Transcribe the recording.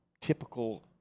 typical